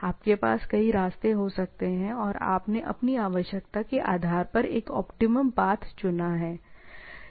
आपके पास कई रास्ते हो सकते हैं और आपने अपनी आवश्यकता के आधार पर एक ऑप्टिमम पाथ चुना है